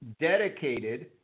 dedicated